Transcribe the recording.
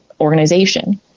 organization